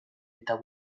eta